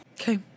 Okay